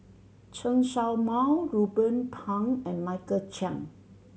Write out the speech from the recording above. Chen Show Mao Ruben Pang and Michael Chiang